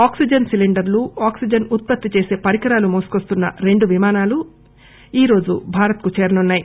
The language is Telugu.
ఆక్సిజన్ సిలీండర్లు ఆక్సిజన్ ఉత్పత్తి చేసే పరికరాలు మోసుకోస్తున్న రెండు విమానాలు ఈరోజు భారత్ ను చేరనున్నాయి